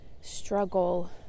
struggle